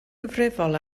gyfrifol